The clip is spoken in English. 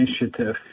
initiative